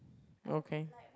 okay